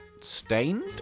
stained